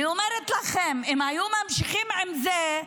אני אומרת לכם, אם היו ממשיכים עם זה,